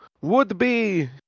would-be